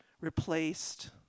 replaced